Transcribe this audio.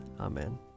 Amen